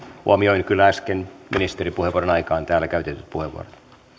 huomioin kyllä äsken ministeripuheenvuoron aikana täällä käytetyt puheenvuorot